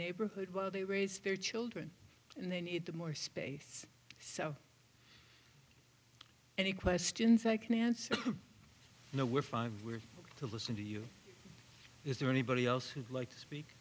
neighborhood while they raise their children and they need more space so any questions i can answer no we're five we're going to listen to you is there anybody else who'd like to speak